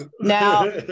Now